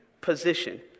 position